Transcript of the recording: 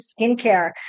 Skincare